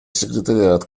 секретариат